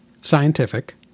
Scientific